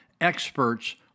experts